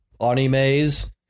animes